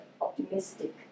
optimistic